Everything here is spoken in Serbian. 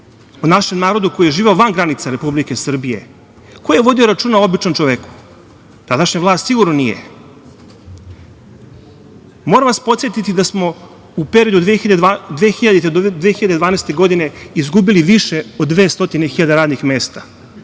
o našem narodu koji je živeo van granica Republike Srbije? Ko je vodio računa o običnom čoveku? Tadašnja vlast sigurno nije. Moram vas podsetiti da smo u periodu od 2000. do 2012. godine izgubili više od 200.000 radnih mesta,